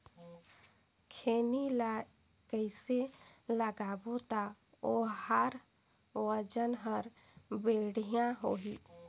खैनी ला कइसे लगाबो ता ओहार वजन हर बेडिया होही?